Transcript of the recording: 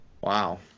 wow